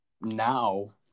now